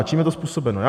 Čím je to způsobeno?